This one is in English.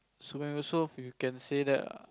so and also you can say that ah